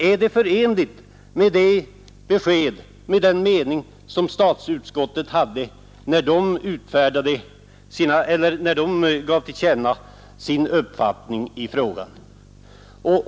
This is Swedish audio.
Är det förenligt med den uppfattning som statsutskottet gav till känna i frågan?